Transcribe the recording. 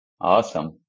Awesome